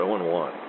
0-1